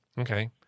Okay